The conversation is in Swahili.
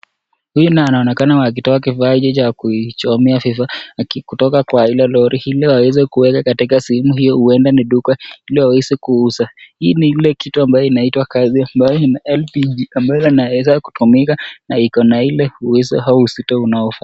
Huyu anaonekana akitoa kifaa cha kuchomea vifaa kutoka kwa ile lori ili waweze kuweka katika sehemu hio huenda ni duka ili waweze kuuza. Hii ni ile kitu ambayo inatwa gesi ambayo ina LPG ambayo inaweza kutumika na iko na ile uwezo au uzito unaofaa.